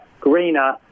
greener